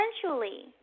Essentially